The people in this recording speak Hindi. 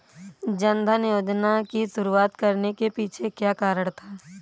जन धन योजना की शुरुआत करने के पीछे क्या कारण था?